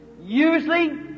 usually